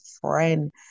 friend